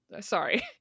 Sorry